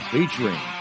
Featuring